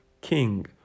king